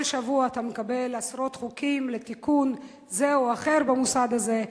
כל שבוע אתה מקבל עשרות חוקים לתיקון זה או אחר במוסד הזה.